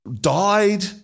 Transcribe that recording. died